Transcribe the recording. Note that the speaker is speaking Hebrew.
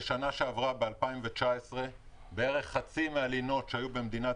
ב-2019 בערך חצי מהלינות שהיו במדינת